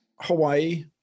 Hawaii